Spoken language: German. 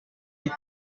mit